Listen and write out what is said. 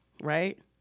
right